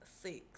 Six